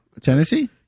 tennessee